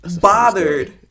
bothered